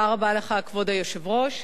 כבוד היושב-ראש,